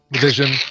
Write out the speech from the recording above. Vision